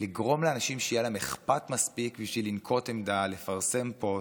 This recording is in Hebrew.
לגרום לאנשים שיהיה להם אכפת מספיק בשביל לנקוט עמדה: לפרסם פוסט,